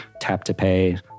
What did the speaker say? tap-to-pay